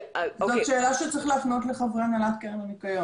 זו שאלה שצריך להפנות לחברי הנהלת קרן הניקיון.